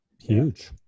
Huge